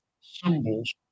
symbols